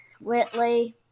Whitley